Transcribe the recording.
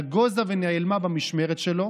נגוזה ונעלמה במשמרת שלו.